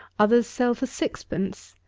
others sell for sixpence.